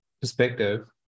perspective